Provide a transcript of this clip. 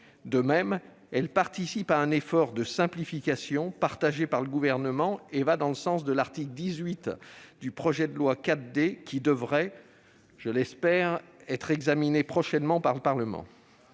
De même, elle participe à un effort de simplification partagé par le Gouvernement et va dans le sens de l'article 18 de l'avant-projet de loi dit 4D qui devrait, je l'espère, être examiné prochainement par le Parlement.